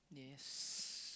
yes